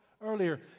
earlier